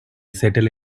settle